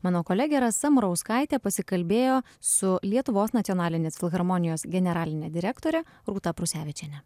mano kolegė rasa murauskaitė pasikalbėjo su lietuvos nacionalinės filharmonijos generaline direktore rūta prusevičiene